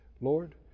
Lord